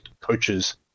coaches